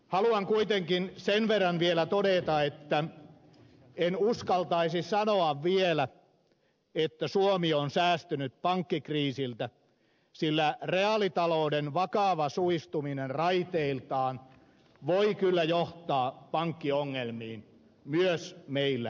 haluan kuitenkin sen verran vielä todeta että en uskaltaisi sanoa vielä että suomi on säästynyt pankkikriisiltä sillä reaalitalouden vakava suistuminen raiteiltaan voi kyllä johtaa pankkiongelmiin myös meillä suomessa